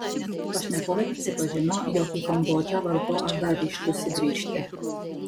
pašnekovė prisipažino jog į kambodžą vargu ar dar ryžtųsi grįžti